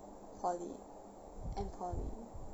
poly and poly